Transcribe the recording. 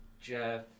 Jeff